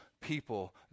people